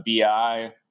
BI